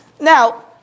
Now